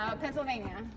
Pennsylvania